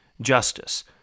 justice